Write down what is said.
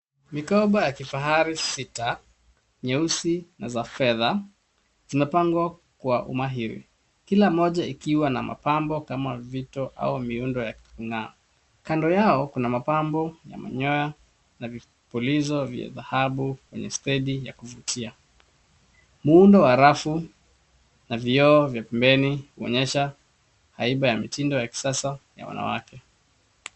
Mikoba ya kifahari sita, nyeusi na za fedha zimepangwa kwa umahiri. Kila moja ikiwa na mapambo kama vito au miundo ya kung'aa. Kando yao kuna mapambo ya manyoya na vipulizo vya dhahabu kwenye stendi ya kuvutia. Muundo wa rafu na vioo vya pembeni huonyesha haiba ya mitindo ya kisasa ya wanawake.